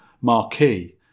marquee